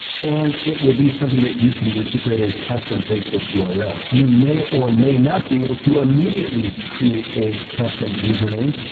and it will be something that you can use to create a custom facebook ah url. you may or may not be able to immediately create a custom username.